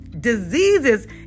Diseases